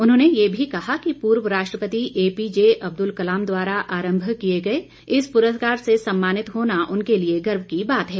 उन्होंने ये भी कहा कि पूर्व राष्ट्रपति एपीजे अब्दुल कलाम द्वारा आरंभ किए गए इस पुरस्कार से सम्मानित होना उनके लिए गर्व की बात है